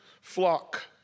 flock